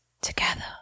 together